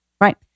right